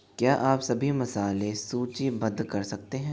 क्या आप सभी मसाले सूचीबद्ध कर सकते हैं